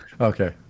Okay